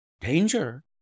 Danger